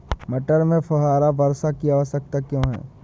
मटर में फुहारा वर्षा की आवश्यकता क्यो है?